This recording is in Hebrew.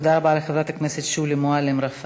תודה רבה לחברת הכנסת שולי מועלם-רפאלי.